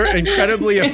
incredibly